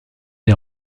des